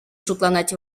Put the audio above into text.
шутланать